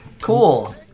Cool